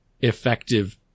effective